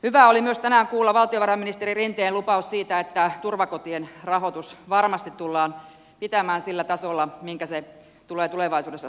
hyvää oli myös tänään kuulla valtiovarainministeri rinteen lupaus siitä että turvakotien rahoitus varmasti tullaan pitämään sillä tasolla minkä se tulee tulevaisuudessa tarvitsemaan